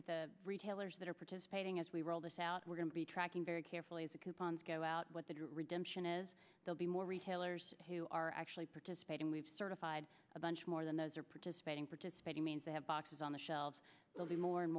with the retailers that are participating as we roll this out we're going to be tracking very carefully as the coupons go out what the redemption is they'll be more retailers who are actually participating we've certified a bunch more than those are participating participating means they have boxes on the shelves will be more and